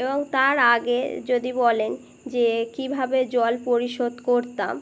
এবং তার আগে যদি বলেন যে কীভাবে জল পরিশোধ করতাম